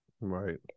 right